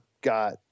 got